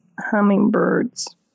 hummingbirds